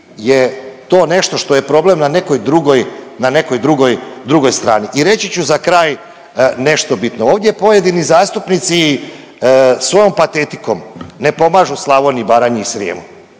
je to nešto što je problem na nekoj drugoj, na nekoj drugoj, drugoj strani. I reći ću za kraj nešto bitno. Ovdje pojedini zastupnici svojom patetikom ne pomažu Slavoniji, Baranji i Srijemu.